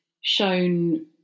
shown